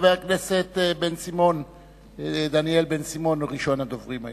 חבר הכנסת דניאל בן-סימון הוא ראשון הדוברים היום.